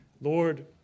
Lord